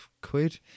quid